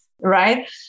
right